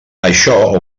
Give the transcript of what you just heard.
això